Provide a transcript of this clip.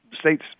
state's